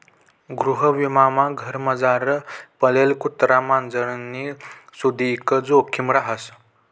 गृहविमामा घरमझार पाळेल कुत्रा मांजरनी सुदीक जोखिम रहास